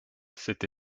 cette